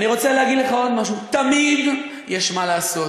אני רוצה להגיד לך עוד משהו: תמיד יש מה לעשות,